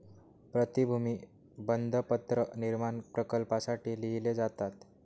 प्रतिभूती बंधपत्र निर्माण प्रकल्पांसाठी लिहिले जातात